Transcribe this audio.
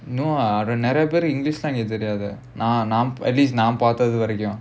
no ah அது நிறைய பேரு:adhu niraiya peru english நான்:naan at least நான் பார்த்த வரைக்கும்:naan paartha varaikkum